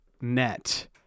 net